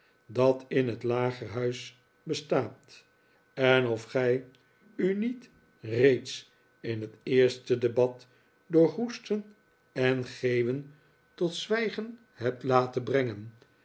dat in het lagerhuis bestaat en of gij u niet reeds in het eerste debat door hoesten en geeuwen tot zwijgen hebt laten brengen